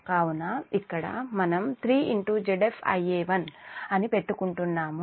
కాబట్టి ఇక్కడ మనం 3ZfIa1 అని పెట్టుకుంటున్నాము